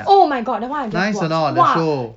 oh my god that [one] I just watch !wah!